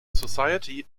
society